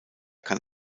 kann